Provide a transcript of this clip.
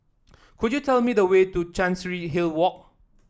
could you tell me the way to Chancery Hill Walk